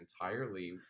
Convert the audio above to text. entirely